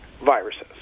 viruses